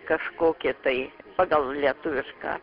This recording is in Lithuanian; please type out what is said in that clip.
kažkokį tai pagal lietuvišką